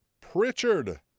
Pritchard